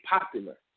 popular